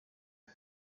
nka